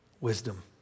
wisdom